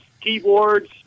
keyboards